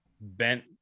bent